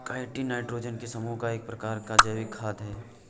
chitin nitrogen के समूह का एक प्रकार का जैविक खाद है